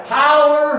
power